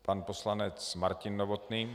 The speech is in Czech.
Pan poslanec Martin Novotný.